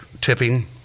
tipping